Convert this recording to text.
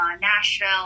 Nashville